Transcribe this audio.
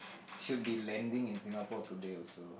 should be landing in Singapore today also